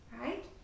right